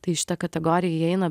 tai į šitą kategoriją įeina